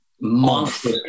monster